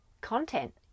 content